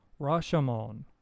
Rashomon